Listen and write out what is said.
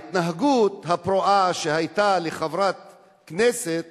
ההתנהגות הפרועה של חברת הכנסת,